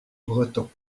breton